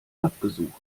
abgesucht